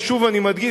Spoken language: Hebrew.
ושוב אני מדגיש,